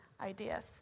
ideas